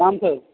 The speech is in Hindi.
प्रणाम सर